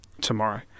tomorrow